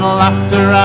laughter